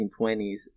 1920s